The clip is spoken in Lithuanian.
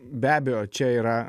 be abejo čia yra